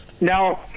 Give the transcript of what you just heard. now